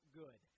good